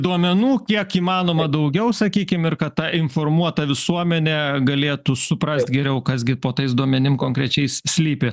duomenų kiek įmanoma daugiau sakykim ir kad ta informuota visuomenė galėtų suprast geriau kas gi po tais duomenim konkrečiai slypi